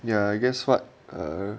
ya I guess what err